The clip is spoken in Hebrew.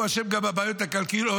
הוא אשם גם בבעיות הכלכליות,